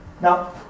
Now